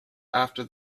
after